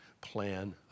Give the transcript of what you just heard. plan